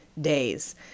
days